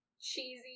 cheesy